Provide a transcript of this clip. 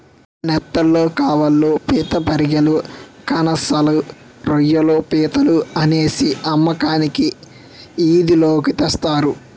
నెత్తళ్లు కవాళ్ళు పిత్తపరిగెలు కనసలు రోయ్యిలు పీతలు అనేసి అమ్మకానికి ఈది లోకి తెస్తారు